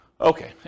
Okay